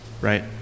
right